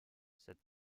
cette